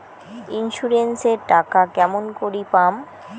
Insurance এর টাকা কেমন করি পাম?